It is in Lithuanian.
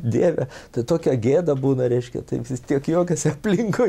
dieve tai tokia gėda būna reiškia tai vis tiek juokiasi aplinkui